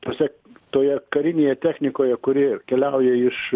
tuose toje karinėje technikoje kuri keliauja iš